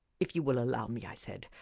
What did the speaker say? if you will allow me, i said,